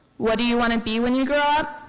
what do you want to be when you grow up?